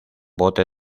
bote